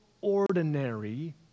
ordinary